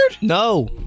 No